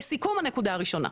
לסיכום, הנקודה הראשונה,